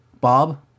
Bob